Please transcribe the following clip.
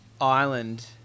island